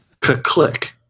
Click